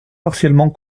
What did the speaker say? partiellement